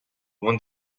loin